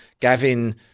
Gavin